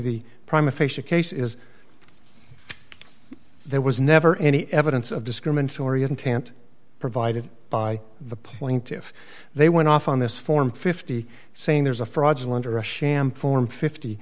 case is there was never any evidence of discriminatory intent provided by the plaintiffs they went off on this form fifty saying there's a fraudulent or a sham form fifty